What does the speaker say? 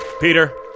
Peter